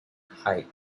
height